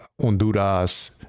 honduras